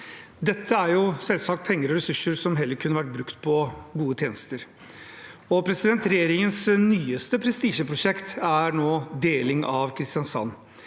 Dette er selvsagt penger og ressurser som heller kunne vært brukt på gode tjenester. Regjeringens nyeste prestisjeprosjekt er nå deling av Kristiansand